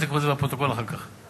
או שתקראו את זה בפרוטוקול אחר כך?